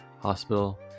hospital